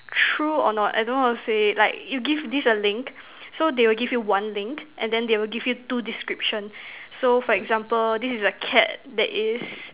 true or not I don't know how to say like you give this a link then there will give you one link and then they will give you two description so for example this is a cat that is